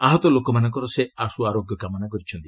ଆହତ ଲୋକମାନଙ୍କର ସେ ଆଶୁ ଆରୋଗ୍ୟ କାମନା କରିଛନ୍ତି